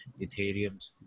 Ethereum